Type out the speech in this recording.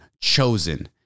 Chosen